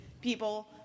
people